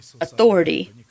authority